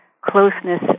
closeness